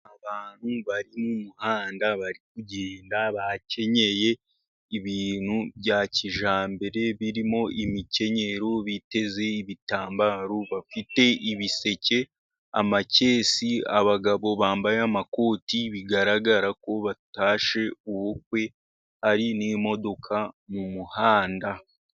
Abantu bari mu muhanda bari kugenda bakenyeye ibintu bya kijyambere birimo imikenyero biteze ibitambaro. Bafite ibiseke, amakesi abagabo bambaye amakoti bigaragara ko batashye ubukwe hari n'imodoka mu muhanda.